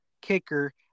kicker